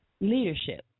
Leadership